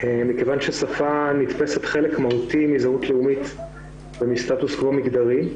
מכיוון ששפה נתפסת כחלק מהותי מזהות לאומית ומסטטוס-קוו מגדרי,